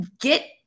get